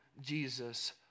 Jesus